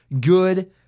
good